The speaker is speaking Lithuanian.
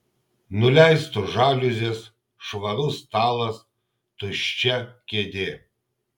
nuleistos žaliuzės švarus stalas tuščia kėdė